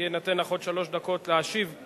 תינתנה לך עוד שלוש דקות להשיב על